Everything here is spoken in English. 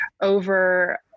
over